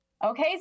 Okay